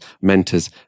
mentors